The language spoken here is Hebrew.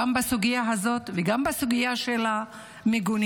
גם בסוגיה הזאת וגם בסוגיה של מיגונים.